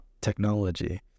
technology